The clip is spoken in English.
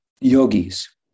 yogis